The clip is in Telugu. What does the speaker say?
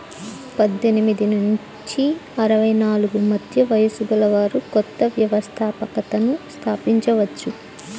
పద్దెనిమిది నుంచి అరవై నాలుగు మధ్య వయస్సు గలవారు కొత్త వ్యవస్థాపకతను స్థాపించవచ్చు